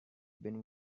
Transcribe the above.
been